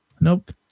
nope